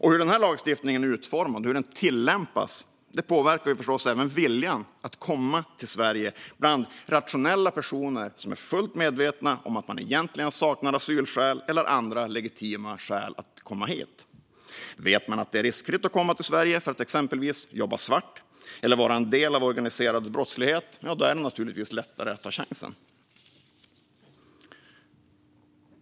Hur den här lagstiftningen är utformad och tillämpas påverkar förstås även viljan att komma till Sverige bland rationella personer som är fullt medvetna om att man egentligen saknar asylskäl eller andra legitima skäl för att komma hit. Men om man vet att det är riskfritt att komma till Sverige för att exempelvis jobba svart eller vara en del av organiserad brottslighet är det naturligtvis lättare att ta chansen.